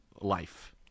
life